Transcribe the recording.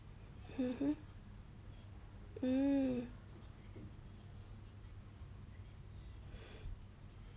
mmhmm mm